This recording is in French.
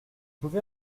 pouvez